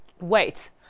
wait